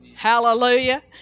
Hallelujah